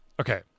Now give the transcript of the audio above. okay